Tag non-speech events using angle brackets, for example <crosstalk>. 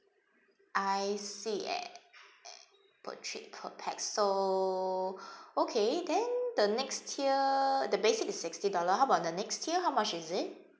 I see eh per trip per pax so <breath> okay then the next tier the basic is sixty dollar how about the next tier how much is it